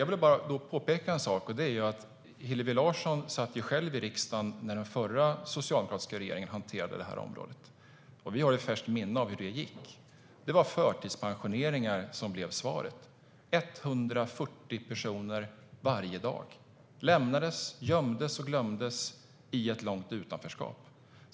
Jag vill bara påpeka en sak, nämligen att Hillevi Larsson satt själv i riksdagen när den förra socialdemokratiska regeringen hanterade området. Vi har i färskt minne hur det gick. Förtidspensioneringar blev svaret. 140 personer varje dag lämnades, gömdes och glömdes i ett långt utanförskap.